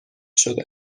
شده